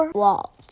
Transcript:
walls